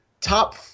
top